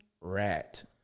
rat